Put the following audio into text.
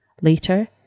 Later